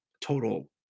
total